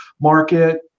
market